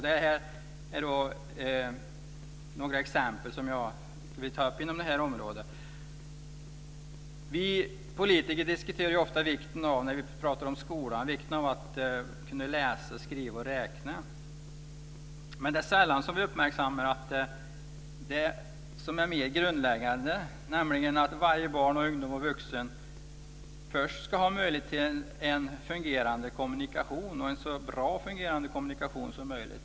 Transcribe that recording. Jag vill ta upp några exempel på det. Vi politiker diskuterar ofta vikten av att kunna läsa, skriva och räkna när vi pratar om skolan. Men vi uppmärksammar sällan det som är mer grundläggande, nämligen att varje barn, ungdom och vuxen först ska ha möjlighet till en så bra fungerande kommunikation som möjligt.